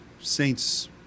Saints